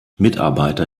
mitarbeiter